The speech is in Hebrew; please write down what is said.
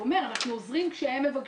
הוא אומר שהם עוזרים שהם מבקשים.